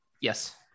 Yes